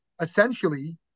essentially